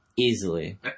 easily